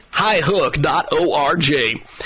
HighHook.Org